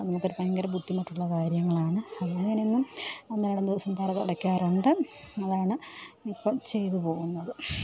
അതിന് ഇപ്പം ഭയങ്കര ബുദ്ധിമുട്ടുള്ള കാര്യങ്ങളാണ് അങ്ങനെ ഞാൻ എന്നും ഒന്നരാടം ദിവസം തറ തുടയ്ക്കാറുണ്ട് അതാണ് ഇപ്പം ചെയ്തു പോകുന്നത്